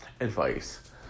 advice